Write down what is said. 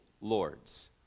lords